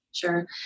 Sure